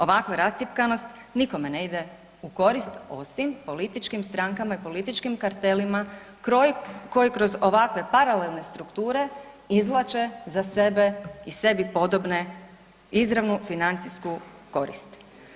Ovakva rascjepkanost nikome ne ide u korist osim političkim strankama i političkim kartelima koji kroz ovakve paralelne strukture izvlače za sebe i sebi podobne izravnu financijsku korist.